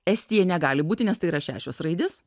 estija negali būti nes tai yra šešios raidės